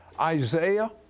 Isaiah